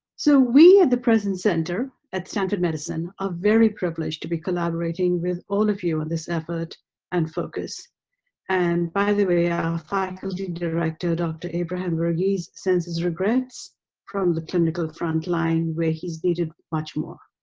so we at the present center at stanford medicine are very privileged to be collaborating with all of you on this effort and focus and by the way our faculty director dr. abraham verghese sends his regrets from the clinical frontline where he's needed much more.